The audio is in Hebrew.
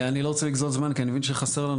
אני לא רוצה לגזול זמן כי אני מבין שחסר לנו.